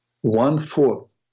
one-fourth